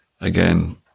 Again